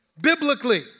biblically